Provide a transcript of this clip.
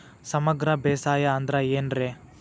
ಸಮಗ್ರ ಬೇಸಾಯ ಅಂದ್ರ ಏನ್ ರೇ?